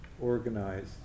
organized